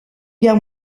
guerre